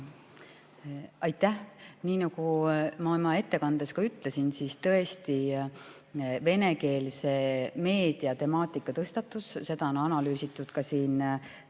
Aitäh! Nii nagu ma oma ettekandes ka ütlesin, tõesti venekeelse meedia temaatika tõstatus. Seda on analüüsitud ka siin